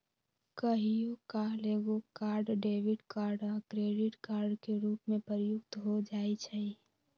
कहियो काल एकेगो कार्ड डेबिट कार्ड आ क्रेडिट कार्ड के रूप में प्रयुक्त हो जाइ छइ